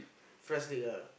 France-League ah